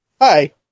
Hi